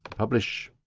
publish.